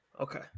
Okay